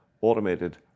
automated